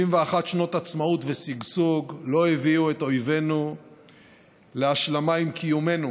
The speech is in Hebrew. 71 שנות עצמאות ושגשוג לא הביאו את אויבינו להשלמה עם קיומנו